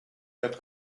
that